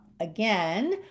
Again